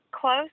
close